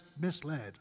misled